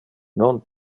non